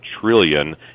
trillion